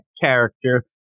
character